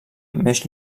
més